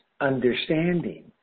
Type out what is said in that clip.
understanding